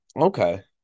okay